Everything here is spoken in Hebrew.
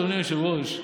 אדוני היושב-ראש,